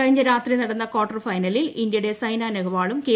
കഴിഞ്ഞ രാത്രി നടന്ന കാർട്ടർ ഫൈന്റ്ലീൽ ് ഇന്തൃയുടെ സൈന നെഹ്വാളും കെ